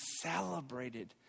celebrated